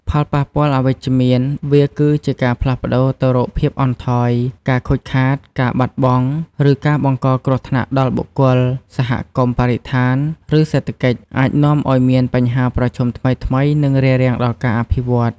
ផលប៉ះពាល់អវិជ្ជមាន វាគឺជាការផ្លាស់ប្តូរទៅរកភាពអន់ថយ ការខូចខាត ការបាត់បង់ ឬការបង្កគ្រោះថ្នាក់ដល់បុគ្គល សហគមន៍ បរិស្ថាន ឬសេដ្ឋកិច្ច អាចនាំឱ្យមានបញ្ហាប្រឈមថ្មីៗ និងរារាំងដល់ការអភិវឌ្ឍ។